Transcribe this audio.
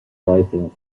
writing